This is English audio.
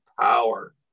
power